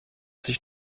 sich